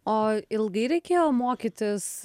o ilgai reikėjo mokytis